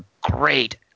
great